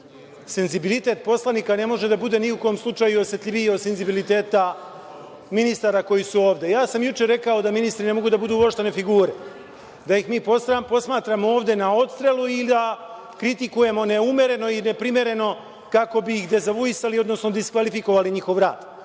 Antića. Senzibilitet poslanika ne može da bude ni u kom slučaju osetljiviji od senzibiliteta ministara koji su ovde. Ja sam juče rekao da ministri ne mogu da budu voštane figure, da ih mi posmatramo ovde na odstrel i da kritikujemo neumereno i neprimereno kako bih dezavuisali, odnosno diskvalifikovali njihov rad. Ako